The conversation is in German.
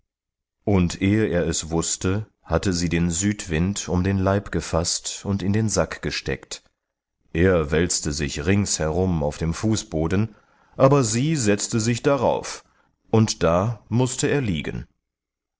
und ehe er es wußte hatte sie den südwind um den leib gefaßt und in den sack gesteckt er wälzte sich rings herum auf dem fußboden aber sie setzte sich darauf und da mußte er liegen